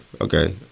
okay